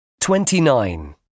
Twenty-nine